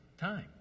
time